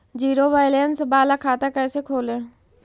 Zero balance बाला खाता कैसे खोले?